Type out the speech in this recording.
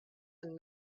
and